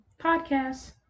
podcasts